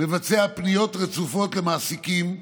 מבצע פניות רצופות למעסיקים,